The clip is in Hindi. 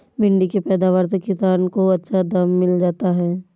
भिण्डी के पैदावार से किसान को अच्छा दाम मिल जाता है